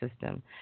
system